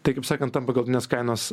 tai kaip sakant tampa galutinės kainos